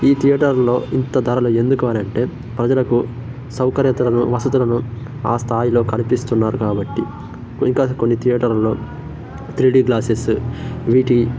ఈ థియేటర్లో ఇంత ధరలు ఎందుకు అనంటే ప్రజలకు సౌకర్యతలను వసతులను స్థాయిలో కల్పిస్తున్నారు కాబట్టి ఇంకా కొన్ని థియేటర్లలో త్రీడి గ్లాసెస్సు వీటి